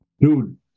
dude